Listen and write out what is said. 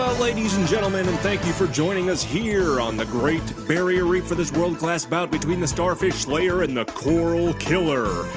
ah ladies and gentlemen. and thank you for joining us here on the great barrier reef for this world-class bout between the starfish slayer and the coral killer.